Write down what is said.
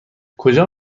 کجا